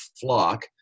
flock